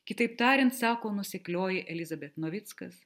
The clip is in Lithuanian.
kitaip tariant sako nuoseklioji elizabet novickas